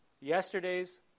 Yesterday's